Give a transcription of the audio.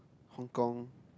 Hong Kong